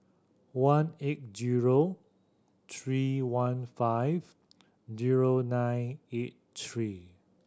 one eight zero three one five zero nine eight three